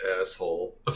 asshole